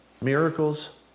miracles